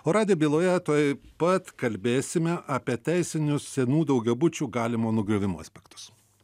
o radijo byloje tuoj pat kalbėsime apie teisinius senų daugiabučių galimo nugriovimo aspektus